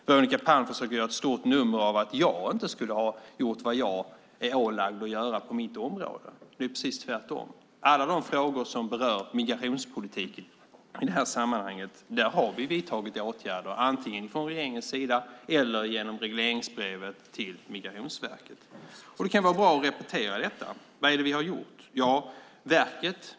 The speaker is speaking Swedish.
Veronica Palm försöker att göra ett stort nummer av att jag inte skulle ha gjort vad jag är ålagd att göra på mitt område. Det är precis tvärtom. I alla de frågor som berör migrationspolitiken i det här sammanhanget har vi vidtagit åtgärder antingen från regeringens sida eller genom regleringsbrevet till Migrationsverket. Det kan vara bra att repetera detta. Vad är det vi har gjort?